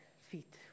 feet